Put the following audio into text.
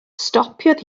stopiodd